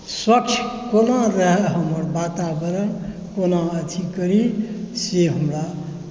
स्वक्ष कोना रहय हमर वातावरण कोना अथी करी से हमरा